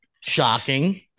shocking